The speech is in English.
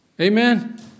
Amen